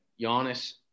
Giannis